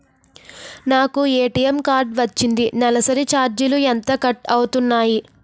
నాకు ATM card వచ్చింది నెలసరి ఛార్జీలు ఎంత కట్ అవ్తున్నాయి?